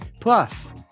Plus